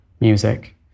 music